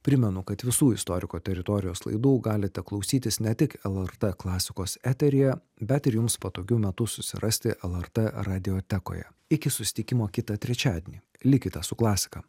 primenu kad visų istorikų teritorijos laidų galite klausytis ne tik lrt klasikos eteryje bet ir jums patogiu metu susirasti lrt radijotekoje iki susitikimo kitą trečiadienį likite su klasika